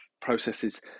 processes